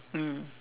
mm